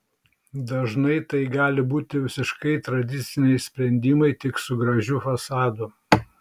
dažnai tai gali būti visiškai tradiciniai sprendimai tik su gražiu fasadu